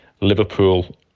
Liverpool